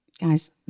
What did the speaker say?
Guys